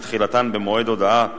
שתחילתן במועד הודעת